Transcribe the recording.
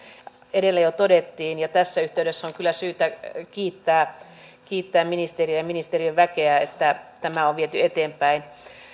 edellä jo todettiin ja tässä yhteydessä on kyllä syytä kiittää ministeriä ja ministeriön väkeä että tämä on viety eteenpäin